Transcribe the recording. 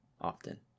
often